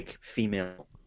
female